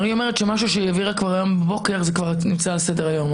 כי היא אומרת שמשהו שהיא העבירה היום בבוקר כבר נמצא על סדר היום,